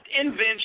invention